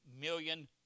million